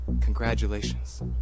Congratulations